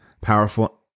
powerful